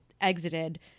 exited